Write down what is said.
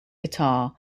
guitar